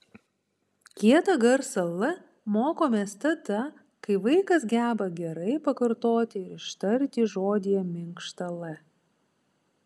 kietą garsą l mokomės tada kai vaikas geba gerai pakartoti ir ištarti žodyje minkštą l